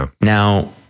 Now